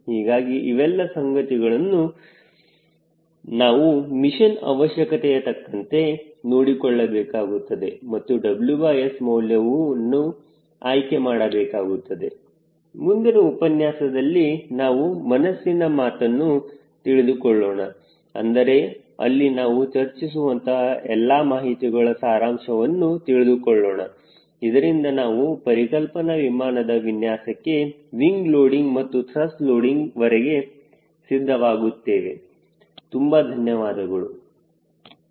ಹೀಗಾಗಿ ಇವೆಲ್ಲ ಸಂಗತಿಗಳನ್ನು ನಾವು ಮಿಷನ್ ಅವಶ್ಯಕತೆಯತಕ್ಕಂತೆ ನೋಡಿಕೊಳ್ಳಬೇಕಾಗುತ್ತದೆ ಮತ್ತು WS ಮೌಲ್ಯವನ್ನು ಆಯ್ಕೆ ಮಾಡಬೇಕಾಗುತ್ತದೆ ಮುಂದಿನ ಉಪನ್ಯಾಸದಲ್ಲಿ ನಾವು ಮನಸ್ಸಿನ ಮಾತನ್ನು ತಿಳಿದುಕೊಳ್ಳೋಣ ಅಂದರೆ ಅಲ್ಲಿ ನಾವು ಚರ್ಚಿಸುವಂತಹ ಎಲ್ಲ ಮಾಹಿತಿಗಳ ಸಾರಾಂಶವನ್ನು ತಿಳಿದುಕೊಳ್ಳೋಣ ಇದರಿಂದ ನಾವು ಪರಿಕಲ್ಪನಾ ವಿಮಾನದ ವಿನ್ಯಾಸಕ್ಕೆ ವಿಂಗ್ ಲೋಡಿಂಗ್ ಮತ್ತು ತ್ರಸ್ಟ್ ಲೋಡಿಂಗ್ವರೆಗೆ ಸಿದ್ಧವಾಗುತ್ತಿವೆ